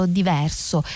diverso